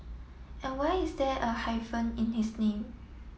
and why is there a hyphen in his name